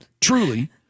Truly